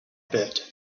bit